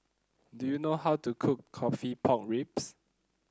do you know how to cook coffee Pork Ribs